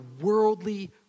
worldly